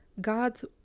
God's